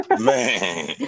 Man